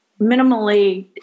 Minimally